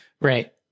Right